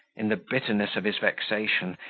in the bitterness of his vexation,